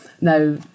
Now